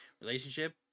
relationship